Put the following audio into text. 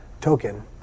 token